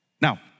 Now